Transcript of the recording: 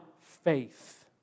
faith